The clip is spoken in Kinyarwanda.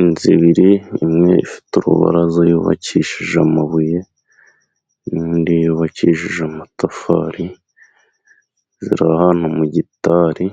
Inzu ibyiri，imwe ifite uruburaza， yubakishije amabuye，indi yubakishije amatafari，ziri ahantu mu gitari，